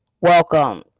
Welcome